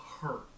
hurt